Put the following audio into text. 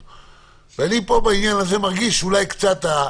ולכן אני רוצה את המשמרת השנייה,